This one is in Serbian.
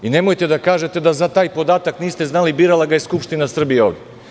Nemojte da kažete da za taj podatak niste znali, birala ga je Skupština Srbije ovde.